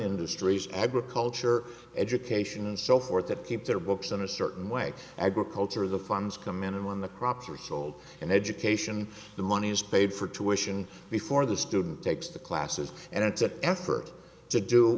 industries agriculture education and so forth that keep their books in a certain way agriculture of the funds come in and when the crops are sold and education the money is paid for tuition before the student takes the classes and it's an effort to do